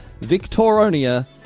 Victoronia